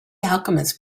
alchemist